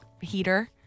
heater